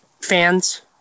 fans